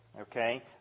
Okay